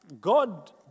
God